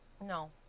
No